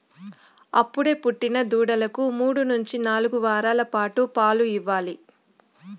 అప్పుడే పుట్టిన దూడలకు మూడు నుంచి నాలుగు వారాల పాటు పాలు ఇవ్వాలి